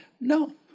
No